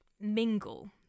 mingle